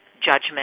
judgment